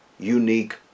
Unique